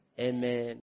Amen